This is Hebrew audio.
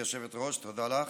גברתי היושבת-ראש, תודה לך.